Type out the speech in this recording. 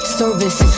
service